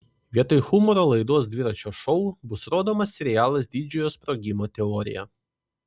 vietoj humoro laidos dviračio šou bus rodomas serialas didžiojo sprogimo teorija